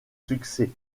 succès